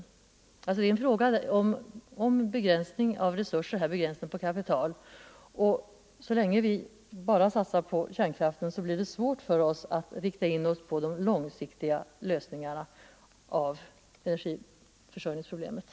Det är alltså en fråga om begränsning av resurser, begränsning av kapital, och så länge vi bara satsar på kärnkraften blir det svårt för oss att rikta in oss på de långsiktiga lösningarna av energiförsörjningsproblemen.